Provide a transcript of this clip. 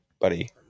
buddy